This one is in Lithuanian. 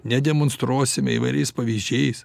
nedemonstruosime įvairiais pavyzdžiais